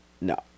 No